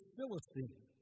Philistine